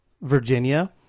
Virginia